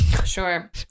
Sure